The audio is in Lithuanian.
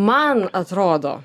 man atrodo